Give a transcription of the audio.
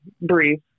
breathe